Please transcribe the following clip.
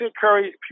curry